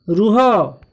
ରୁହ